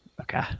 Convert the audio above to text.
Okay